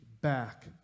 back